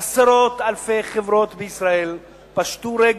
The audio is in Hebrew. עשרות אלפי חברות בישראל פשטו רגל.